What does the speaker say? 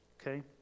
okay